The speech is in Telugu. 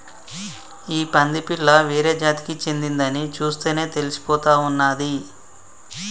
ఈ పంది పిల్ల వేరే జాతికి చెందిందని చూస్తేనే తెలిసిపోతా ఉన్నాది